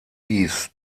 dies